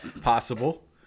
possible